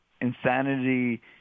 Insanity